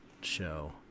show